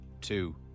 two